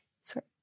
sorry